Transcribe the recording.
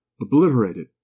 obliterated